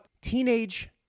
teenage